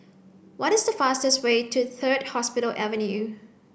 what is the fastest way to Third Hospital Avenue